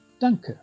Danke